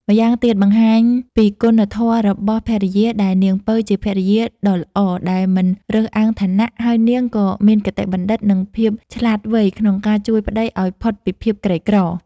ម្យ៉ាងទៀតបង្ហាញណីគុណធម៌របស់ភរិយាដែលនាងពៅជាភរិយាដ៏ល្អដែលមិនរើសអើងឋានៈ ហើយនាងក៏មានគតិបណ្ឌិតនិងភាពឆ្លាតវៃក្នុងការជួយប្ដីឲ្យផុតពីភាពក្រីក្រ។